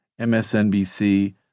MSNBC